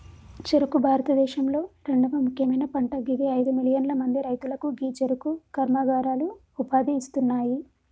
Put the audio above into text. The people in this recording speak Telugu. చెఱుకు భారతదేశంలొ రెండవ ముఖ్యమైన పంట గిది అయిదు మిలియన్ల మంది రైతులకు గీ చెఱుకు కర్మాగారాలు ఉపాధి ఇస్తున్నాయి